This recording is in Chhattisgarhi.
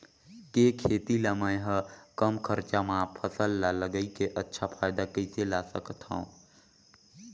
के खेती ला मै ह कम खरचा मा फसल ला लगई के अच्छा फायदा कइसे ला सकथव?